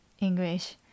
English